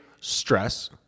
stress